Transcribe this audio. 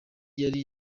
yari